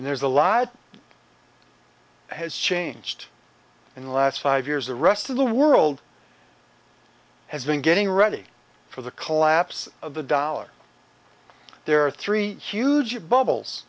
and there's a lot has changed in the last five years the rest of the world has been getting ready for the collapse of the dollar there are three huge bubbles